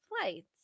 flights